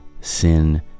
sin